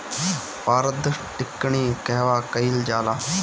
पारद टिक्णी कहवा कयील जाला?